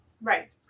right